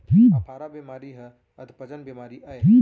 अफारा बेमारी हर अधपचन बेमारी अय